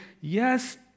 yes